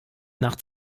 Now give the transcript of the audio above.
nach